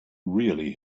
really